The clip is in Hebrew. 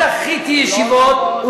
לא דחיתי ישיבות, לא נכון.